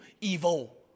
evil